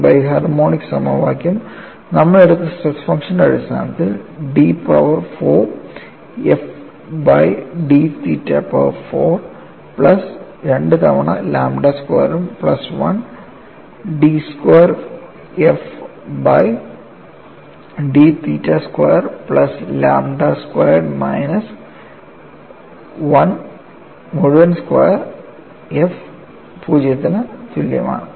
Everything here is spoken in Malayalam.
ഈ ബൈ ഹാർമോണിക് സമവാക്യം നമ്മൾ എടുത്ത സ്ട്രെസ് ഫംഗ്ഷന്റെ അടിസ്ഥാനത്തിൽ d power 4 f by d theta power 4 plus 2 തവണ ലാംഡ സ്ക്വയറും plus 1 d square f by d theta square plus lambda squared minus 1 മുഴുവനും സ്ക്വയർ f 0 ന് തുല്യമാണ്